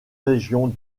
régions